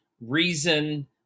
reason